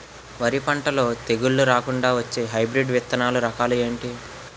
వరి పంటలో తెగుళ్లు రాకుండ వచ్చే హైబ్రిడ్ విత్తనాలు రకాలు ఏంటి?